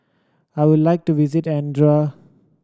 I would like to visit Andorra